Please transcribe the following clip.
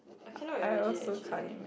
I cannot imagine actually